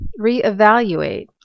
Reevaluate